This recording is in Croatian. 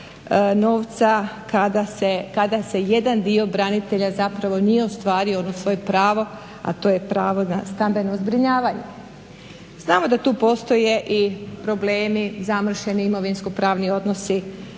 kada se jedan dio branitelja zapravo nije ostvario ono svoje pravo, a to je pravo na stambeno zbrinjavanje. Znamo da tu postoje i problemi zamršeni imovinsko-pravni odnosi,